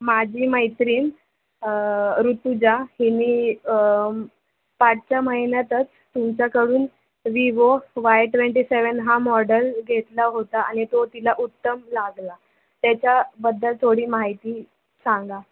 माझी मैत्रीण ऋतुजा हे मी पाचव्या महिन्यातच तुमच्याकडून विवो वाय ट्वेंटी सेवेन हा मॉडल घेतला होता आणि तो तिला उत्तम लागला त्याच्याबद्दल थोडी माहिती सांगा